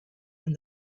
and